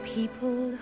People